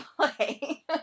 play